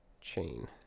chain